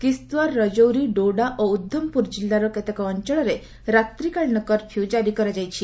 କିସ୍ତୱାର ରକ୍କୌରୀ ଡ଼ୋଡ଼ା ଓ ଉଦ୍ଧମପୁର କିଲ୍ଲାର କେତେକ ଅଞ୍ଚଳରେ ରାତ୍ରିକାଳୀନ କର୍ଫ୍ୟୁ ଜାରି କରାଯାଇଛି